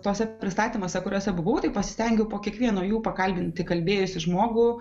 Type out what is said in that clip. tose pristatymuose kuriuose buvau tai pasistengiau po kiekvieno jų pakalbinti kalbėjusį žmogų